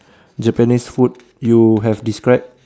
Japanese food you have described